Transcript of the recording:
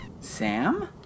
Sam